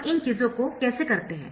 हम इन चीजों को कैसे करते है